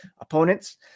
opponents